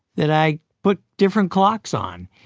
that i put different clocks on.